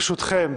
ברשותכם,